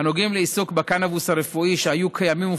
הנוגעים לעיסוק בקנבוס הרפואי שהיו קיימים ופורסמו,